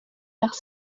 vers